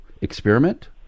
experiment